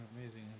amazing